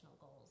goals